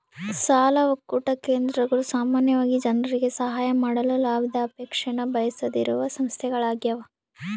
ಸಾಲ ಒಕ್ಕೂಟ ಕೇಂದ್ರಗಳು ಸಾಮಾನ್ಯವಾಗಿ ಜನರಿಗೆ ಸಹಾಯ ಮಾಡಲು ಲಾಭದ ಅಪೇಕ್ಷೆನ ಬಯಸದೆಯಿರುವ ಸಂಸ್ಥೆಗಳ್ಯಾಗವ